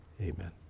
Amen